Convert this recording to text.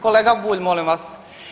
Kolega Bulj, molim vas.